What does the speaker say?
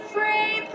Free